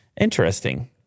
Interesting